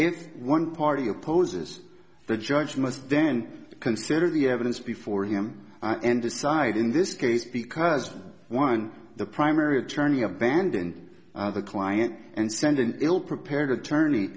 if one party opposes the judge must then consider the evidence before him and decide in this case because one the primary attorney abandoned the client and send an ill prepared attorney